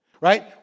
right